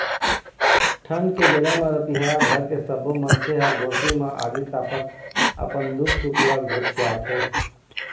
ठंड के बेरा म रतिहा घर के सब्बो मनखे ह गोरसी म आगी तापत अपन दुख सुख ल गोठियाथे